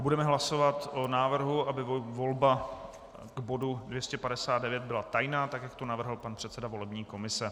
Budeme hlasovat o návrhu, aby volba bodu 259 byla tajná, tak jak to navrhl pan předseda volební komise.